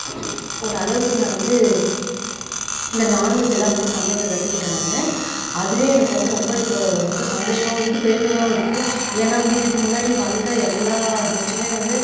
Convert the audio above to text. ஒரு அளவுக்கு நான் வந்து இந்த நான்வெஜ்ஜெல்லாம் வந்து சமைக்க கற்றுக்கிட்டேன் நான் அதுவே எனக்கு வந்து ரொம்ப இப்போ ரொம்ப சந்தோஷமாகவும் இருக்குது பெருமையாகவும் இருக்குது ஏன்னால் வந்து இதுக்கு முன்னாடி வந்த எல்லா கெஸ்ட்டுமே வந்து